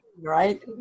right